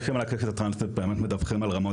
ואנשים על הקשת הטרנסית באמת מדווחים על רמות